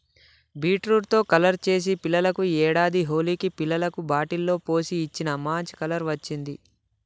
beetroot తో colour చేసి పిల్లలకు ఈ ఏడాది హోలికి పిల్లలకు బాటిల్ లో పోసి ఇచ్చిన, మంచి కలర్ వచ్చింది